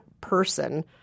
person